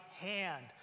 hand